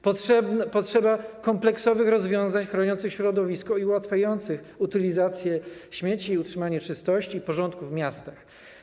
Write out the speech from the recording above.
Potrzeba kompleksowych rozwiązań chroniących środowisko i ułatwiających utylizację śmieci i utrzymanie czystości i porządku w miastach.